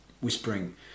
whispering